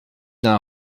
d’un